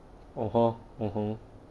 (uh huh) mmhmm